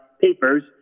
papers